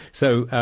so,